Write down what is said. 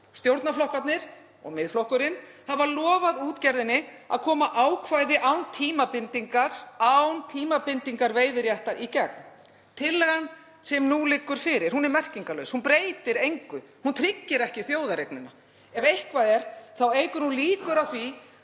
Stjórnarflokkarnir og Miðflokkurinn hafa lofað útgerðinni að koma ákvæði án tímabindingar veiðiréttar í gegn. Tillagan sem nú liggur fyrir er merkingarlaus, breytir engu, hún tryggir ekki þjóðareignina. Ef eitthvað er eykur hún líkur á að